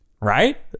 Right